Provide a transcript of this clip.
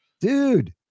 Dude